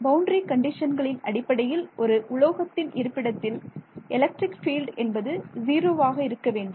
boundary கண்டிஷன்களின் அடிப்படையில் ஒரு உலோகத்தின் இருப்பிடத்தில் எலக்ட்ரிக் பீல்ட் என்பது ஜீரோவாக இருக்க வேண்டும்